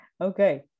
Okay